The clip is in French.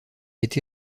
été